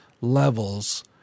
levels